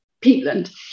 peatland